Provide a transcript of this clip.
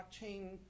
blockchain